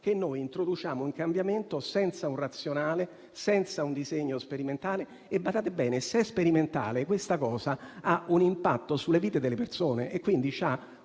che introduciamo un cambiamento senza una *ratio*, senza un disegno sperimentale. Badate bene che se è sperimentale, questa misura ha un impatto sulle vite delle persone e, quindi, ha